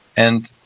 and,